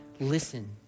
listen